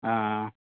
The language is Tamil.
ஆஆ